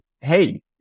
hey